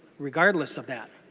regardless of that.